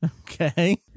Okay